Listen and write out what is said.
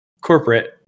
corporate